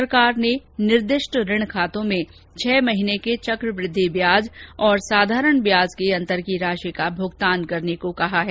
सरकार ने निर्दिष्ट ऋण खातों में छह महीने के चकवुद्धि ब्याज और साधारण ब्याज के अंतर की राशि का भुगतान करने को कहा है